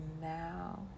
now